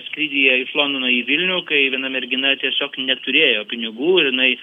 skrydyje iš londono į vilnių kai viena mergina tiesiog neturėjo pinigų jinai